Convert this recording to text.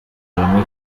bamwe